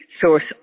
source